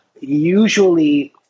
usually